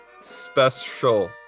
special